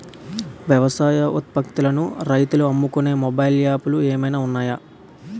వ్యవసాయ ఉత్పత్తులను రైతులు అమ్ముకునే మొబైల్ యాప్ లు ఏమైనా ఉన్నాయా?